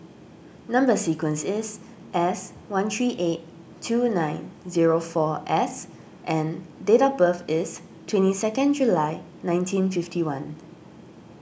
Number Sequence is S one three eight two nine zero four S and date of birth is twenty second July nineteen fifty one